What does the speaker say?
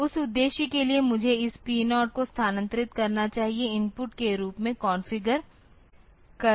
तो उस उद्देश्य के लिए मुझे इस P0 को स्थानांतरित करना चाहिए इनपुट के रूप में कॉन्फ़िगर करना होगा